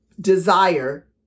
desire